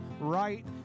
right